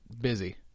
busy